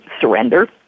surrender